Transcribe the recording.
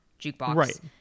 jukebox